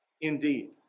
indeed